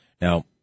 Now